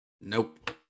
Nope